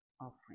offering